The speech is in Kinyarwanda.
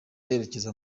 yerekeza